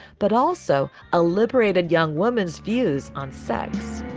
but also a liberated young woman's views on sex.